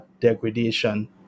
degradation